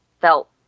felt